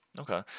Okay